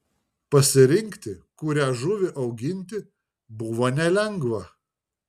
pasirinkti kurią žuvį auginti buvo nelengva